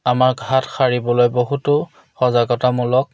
আমাৰ হাত সাৰিবলৈ বহুতো সজাগতামূলক